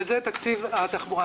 וזה תקציב התחבורה.